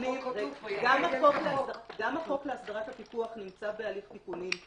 ב גם החוק להסדרת הפיקוח נמצא בהליך תיקונים.